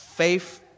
Faith